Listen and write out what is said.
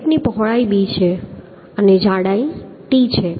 પ્લેટની પહોળાઈ b છે અને જાડાઈ t છે